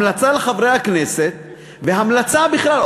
המלצה לחברי הכנסת והמלצה בכלל.